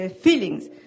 feelings